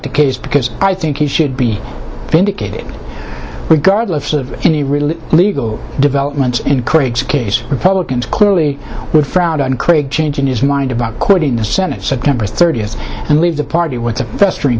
the case because i think he should be vindicated regardless of any real legal developments in craig's case republicans clearly would frown on craig changing his mind about quitting the senate september thirtieth and leave the party with a festering